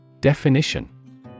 Definition